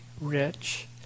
rich